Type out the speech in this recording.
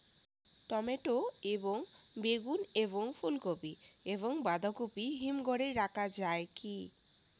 Tomato এবং বেগুন এবং ফুলকপি এবং বাঁধাকপি হিমঘরে রাখা যায় কি?